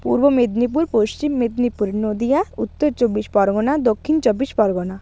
পূর্ব মেদিনীপুর পশ্চিম মেদিনীপুর নদীয়া উত্তর চব্বিশ পরগনা দক্ষিণ চব্বিশ পরগনা